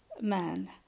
man